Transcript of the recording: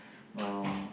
um